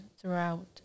throughout